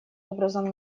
образом